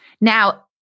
Now